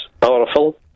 powerful